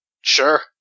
Sure